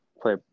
play